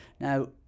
Now